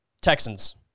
Texans